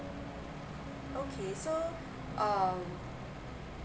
okay so um